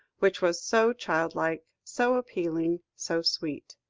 which was so childlike, so appealing, so sweet.